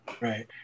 Right